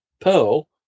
pearl